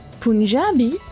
Punjabi